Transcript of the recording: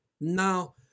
Now